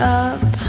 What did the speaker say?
up